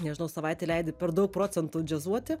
nežinau savaitę leidi per daug procentų džiazuoti